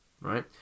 right